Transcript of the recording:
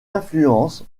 influence